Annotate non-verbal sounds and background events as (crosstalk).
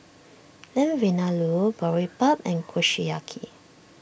Lamb Vindaloo Boribap and (noise) Kushiyaki